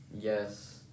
Yes